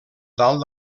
dalt